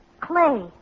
Clay